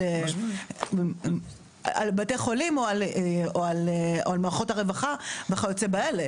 או על מערכות הרווחה וכיוצא באלה.